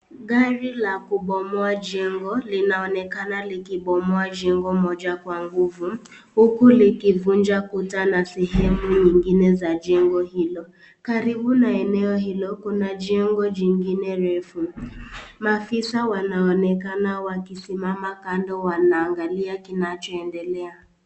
Gari la kubomoa jengo linaonekana likibomoa jengo moja kwa nguvu huku likivunja kuta na sehemu nyingine za jengo hilo. Karibu na eneo hilo kuna jengo jingine refu. Maafisa wanaonekana wakisimama kando wanaangalia kinachoendelea.